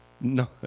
No